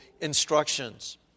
instructions